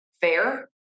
fair